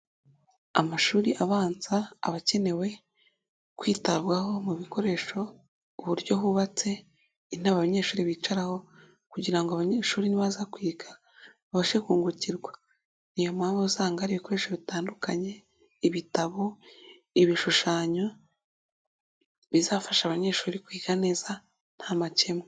Amashuri abanza aba akenewe kwitabwaho mu bikoresho, uburyo hubatse, intebe abanyeshuri bicaraho kugira ngo abanyeshuri nibaza kwiga babashe kungukirwa, ni yo mpamvu usanga ari ibikoresho bitandukanye: ibitabo, ibishushanyo, bizafasha abanyeshuri kwiga neza nta makemwa.